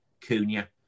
Cunha